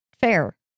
fair